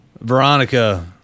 Veronica